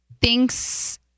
thinks